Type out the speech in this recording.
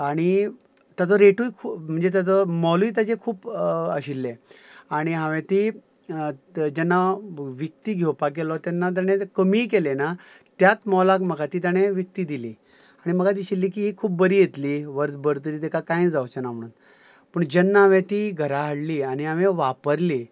आनी ताचो रेटूय खूब म्हणजे ताचें मोलूय ताचें खूब आशिल्लें आनी हांवें ती जेन्ना विकती घेवपाक गेलो तेन्ना ताणें कमीय केलें ना त्याच मोलाक म्हाका ती ताणें विकती दिली आनी म्हाका दिशिल्ली की ही खूब बरी येतली वर्सभर तरी तिका कांय जावचें ना म्हणून पूण जेन्ना हांवें ती घरा हाडली आनी हांवें वापरली